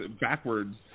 backwards